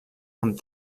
amb